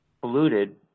polluted